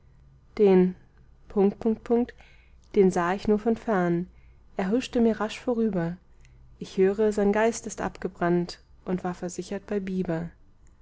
den den sah ich nur von fern er huschte mir rasch vorüber ich höre sein geist ist abgebrannt und war versichert bei bieber